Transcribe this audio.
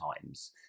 times